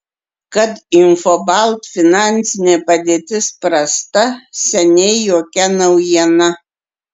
kad infobalt finansinė padėtis prasta seniai jokia naujiena